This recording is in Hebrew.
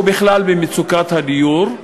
ובכלל במצוקת הדיור,